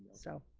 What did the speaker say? so,